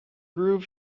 groove